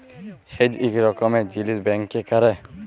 hedge ইক রকমের জিলিস ব্যাংকে ক্যরে